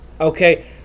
okay